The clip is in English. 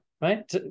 Right